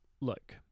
look